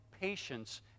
patience